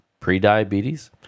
prediabetes